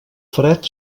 fred